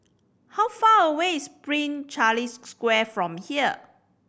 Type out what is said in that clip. how far away is Prince Charles Square from here